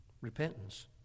Repentance